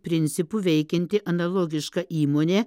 principu veikianti analogiška įmonė